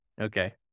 Okay